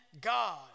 God